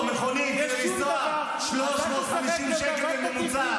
200 שקלים.